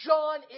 John